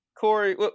Corey